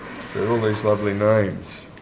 lovely names